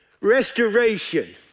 Restoration